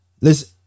listen